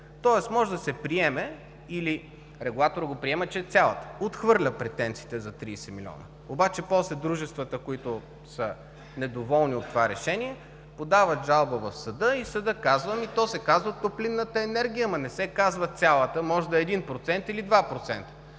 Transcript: тоест може да се приеме или регулаторът го приема, че е цялата. Отхвърля претенциите за 30 милиона, обаче после дружествата, които са недоволни от това решение, подават жалба в съда и съдът казва – ми то се казва „топлинната енергия“, ама не се казва „цялата“, може да е един